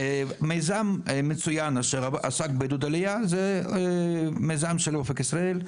מיזם מצוין אשר עסק בעידוד עלייה זה מיזם של אופק ישראל,